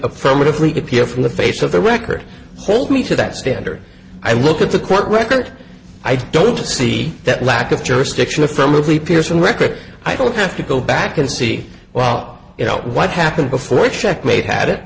affirmatively to peer from the face of the record hold me to that standard i look at the court record i don't see that lack of jurisdiction affirmatively pearson record i don't have to go back and see well you know what happened before checkmate had it